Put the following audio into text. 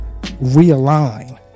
realign